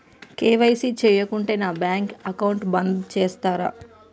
KYC చేయకుంటే నా bank account బంద్ చేస్తరా?